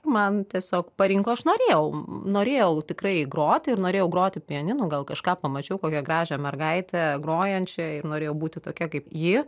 man tiesiog parinko aš norėjau norėjau tikrai groti ir norėjau groti pianinu gal kažką pamačiau kokią gražią mergaitę grojančią ir norėjau būti tokia kaip ji